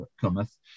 cometh